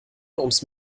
ums